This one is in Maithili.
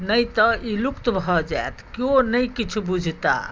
नहि तऽ ई लुप्त भऽ जायत कियो नहि किछु बुझताह